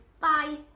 Bye